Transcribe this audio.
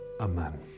Amen